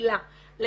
על